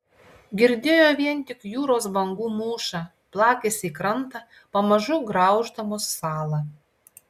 girdėjo vien tik jūros bangų mūšą plakėsi į krantą pamažu grauždamos salą